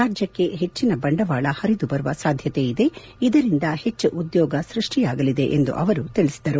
ರಾಜ್ಯಕ್ಷೆ ಹೆಚ್ಚನ ಬಂಡವಾಳ ಪರಿದು ಬರುವ ಸಾಧ್ಯತೆ ಇದೆ ಇದರಿಂದ ಹೆಚ್ಚು ಉದ್ಯೋಗ ಸೃಷ್ಟಿಯಾಗಲಿದೆ ಎಂದು ಅವರು ತಿಳಿಸಿದರು